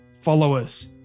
followers